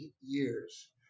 years